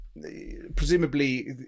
presumably